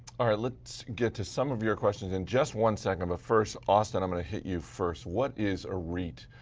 um let's get to some of your questions in just one second. but, first, austin, i'm going to hit you first. what is a reit